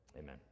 amen